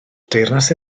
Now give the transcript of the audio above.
deyrnas